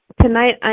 Tonight